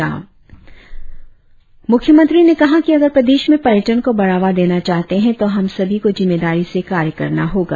श्री खाण्डू ने कहा कि अगर प्रदेश में पर्यटन को बढ़ावा देना चाहते है तो हम सभी को जिम्मेदारी से कार्य करना होगा